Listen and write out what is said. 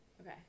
Okay